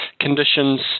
conditions